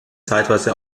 zeitweise